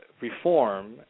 reform